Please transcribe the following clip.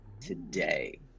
today